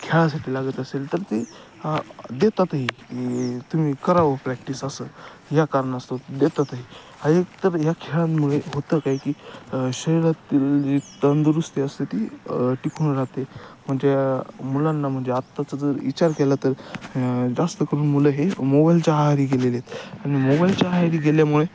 खेळासाठी लागत असेल तर ती देतातही की तुम्ही करावं प्रॅक्टिस असं या कारणास्तव देतातही हा एक तर या खेळांमुळे होतं काय की शरीरातील जी तंदुरुस्ती असते ती टिकून राहते म्हणजे मुलांना म्हणजे आत्ताचा जर विचार केला तर जास्त करून मुलं हे मोबाईलच्या आहारी गेलेलेत आणि मोबाईलच्या आहारी गेल्यामुळे